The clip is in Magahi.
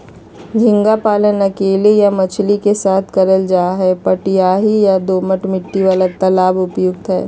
झींगा पालन अकेले या मछली के साथ करल जा हई, मटियाही या दोमट मिट्टी वाला तालाब उपयुक्त हई